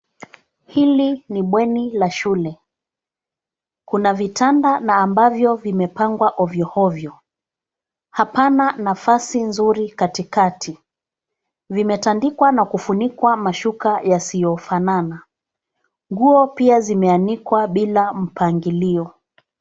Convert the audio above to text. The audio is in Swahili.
Hili ni bweni la shule, kuna vitanda na ambavyo vimepangwa ovyoovyo. Hapana nafasi nzuri katikati. Vimetandikwa na kufunikwa mashuka yasiyofanana. Nguo pia zimeanikwa bila mpangilio.